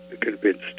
convinced